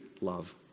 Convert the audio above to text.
love